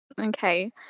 Okay